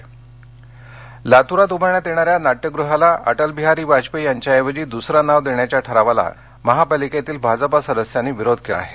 नामांतर विरोध लातर लातुरात उभारण्यात येणाऱ्या नाट्यग्रहास अटलबिहारी वाजपेयी यांच्याऐवजी दुसरं नाव देण्याच्या ठरावाला महापालिकेतील भाजपा सदस्यांनी विरोध केला आहे